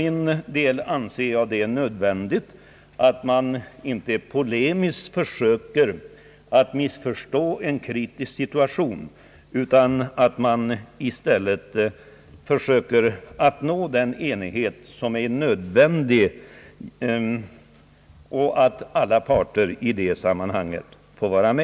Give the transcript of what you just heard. Jag anser att det är nödvändigt att man inte polemiskt försöker missförstå en kritisk situation utan i stället söker nå den enighet som är nödvändig. Alla parter bör få vara med i detta sammanhang.